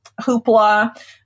hoopla